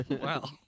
Wow